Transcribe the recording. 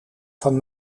van